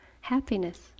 happiness